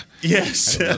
Yes